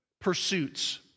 pursuits